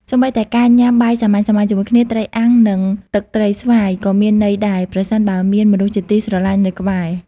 សូម្បីតែការញ៉ាំបាយសាមញ្ញៗជាមួយ "ត្រីអាំង និងទឹកត្រីស្វាយ" ក៏មានន័យដែរ ប្រសិនបើមានមនុស្សជាទីស្រឡាញ់នៅក្បែរ។